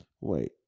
wait